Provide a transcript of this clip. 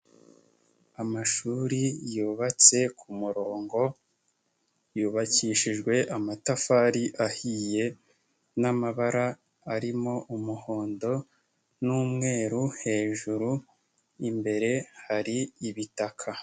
Amashuri yubatse ku murongo yubakishijwe amatafari ahiye n'amabara arimo umuhondo n'umweru, hejuru imbere hari ibitaka.